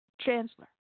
chancellor